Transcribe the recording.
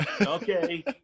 okay